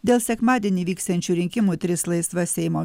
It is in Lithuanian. dėl sekmadienį vyksiančių rinkimų tris laisvas seimo